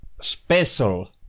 special